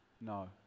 No